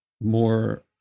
more